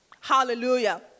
Hallelujah